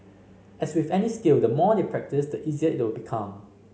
as with any skill the more they practise the easier it will become